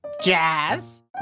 jazz